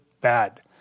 bad